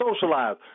socialize